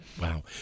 Wow